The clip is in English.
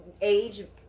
age